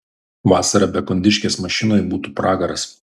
vasarą be kondiškės mašinoj būtų pragaras